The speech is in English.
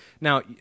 now